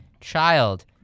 child